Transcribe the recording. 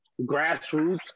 grassroots